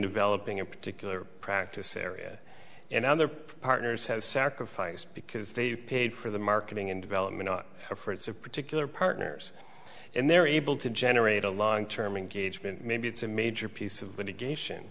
developing a particular practice area and other partners have sacrificed because they paid for the marketing and development not for it's a particular partners and they're able to generate a long term engagement maybe it's a major piece of litigation